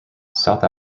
south